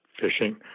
fishing